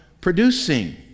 producing